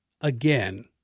Again